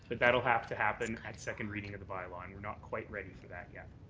but that will have to happen at second reading of the bylaw. and we're not quite ready for that yet.